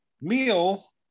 meal